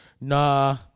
Nah